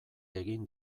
egin